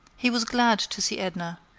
he was glad to see edna,